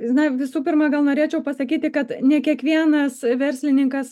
na visų pirma gal norėčiau pasakyti kad ne kiekvienas verslininkas